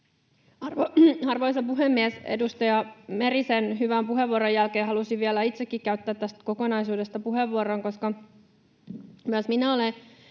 Arvoisa puhemies! Edustaja Merisen hyvän puheenvuoron jälkeen halusin vielä itsekin käyttää tästä kokonaisuudesta puheenvuoron, koska myös minä olen